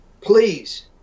please